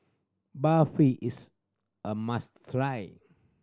barfi is a must try